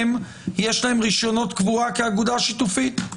יש להם רישיונות קבורה כאגודה שיתופית.